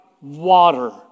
water